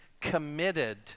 committed